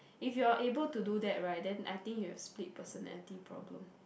if you're able to do that right then I think you've split personality problem